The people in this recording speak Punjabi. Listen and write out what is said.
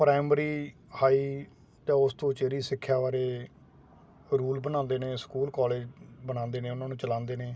ਪ੍ਰਾਇਮਰੀ ਹਾਈ ਅਤੇ ਉਸ ਤੋਂ ਉਚੇਰੀ ਸਿੱਖਿਆ ਬਾਰੇ ਰੂਲ ਬਣਾਉਂਦੇ ਨੇ ਸਕੂਲ ਕਾਲਜ ਬਣਾਉਂਦੇ ਨੇ ਉਹਨਾਂ ਨੂੰ ਚਲਾਉਂਦੇ ਨੇ